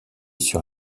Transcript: sur